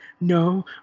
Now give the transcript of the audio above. No